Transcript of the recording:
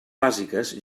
bàsiques